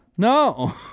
No